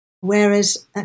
whereas